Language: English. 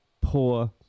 poor